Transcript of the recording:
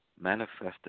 manifested